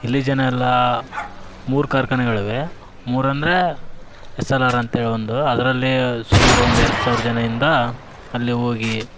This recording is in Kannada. ಇಲ್ಲಿ ಜನ ಎಲ್ಲ ಮೂರು ಕಾರ್ಖಾನೆಗಳಿವೆ ಮೂರಂದರೆ ಎಸ್ ಎಲ್ ಆರ್ ಅಂತೇಳಿ ಒಂದು ಅದರಲ್ಲಿ ಸುಮಾರು ಒಂದು ಎರಡು ಸಾವಿರ ಜನಯಿಂದ ಅಲ್ಲಿ ಹೋಗಿ